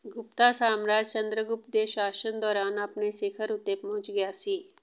ਗੁਪਤਾ ਸਾਮਰਾਜ ਚੰਦਰਗੁਪਤ ਦੇ ਸ਼ਾਸਨ ਦੌਰਾਨ ਆਪਣੇ ਸਿਖਰ ਉੱਤੇ ਪਹੁੰਚ ਗਿਆ ਸੀ